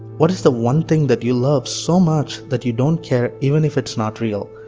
what is the one thing that you love, so much that you don't care even if it's not real.